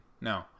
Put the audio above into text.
No